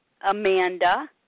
amanda